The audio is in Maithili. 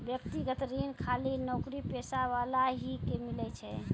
व्यक्तिगत ऋण खाली नौकरीपेशा वाला ही के मिलै छै?